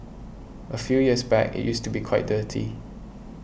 a few years back it used to be quite dirty